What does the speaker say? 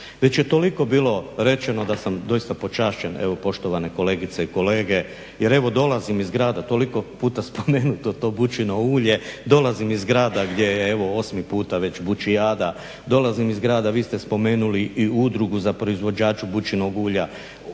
Već je toliko bilo rečeno da sam doista počašćen, evo poštovane kolegice i kolege jer evo dolazim iz grada, toliko puta spomenuto to bučinje ulje, dolazim iz grada gdje je evo 8 puta već bučijada, dolazim iz grada, vi ste spomenuli i udrugu za proizvodnju bučinog ulja,